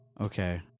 Okay